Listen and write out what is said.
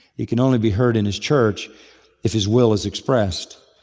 he can only be heard in his church if his will is expressed.